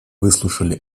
выслушали